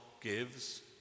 gives